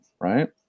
right